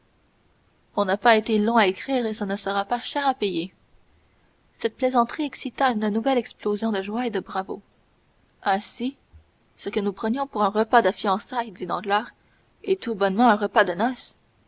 ça n'a pas été long à écrire et ce ne sera pas cher à payer cette plaisanterie excita une nouvelle explosion de joie et de bravos ainsi ce que nous prenions pour un repas de fiançailles dit danglars est tout bonnement un repas de noces